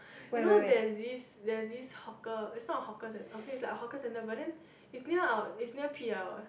you know there's this there's this hawker it's not a hawker okay it's like a hawker centre but then it's near our it's near P_L eh